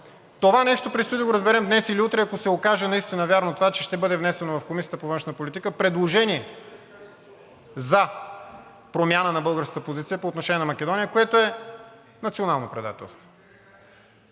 Това нещо предстои да го разберем днес или утре, ако се окаже наистина вярно това, че ще бъде внесено в Комисията по външна политика предложение за промяна на българската позиция по отношение на Македония, което е национално предателство.